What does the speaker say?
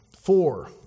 Four